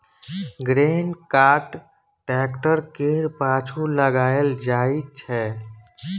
grain cart tractor केर पाछु लगाएल जाइ छै